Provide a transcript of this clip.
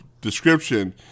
description